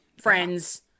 friends